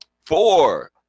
Four